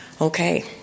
Okay